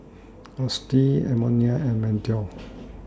Austyn Edmonia and Mateo